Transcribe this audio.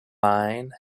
mine